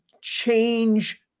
change